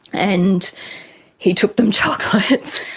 and he took them chocolates